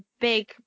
big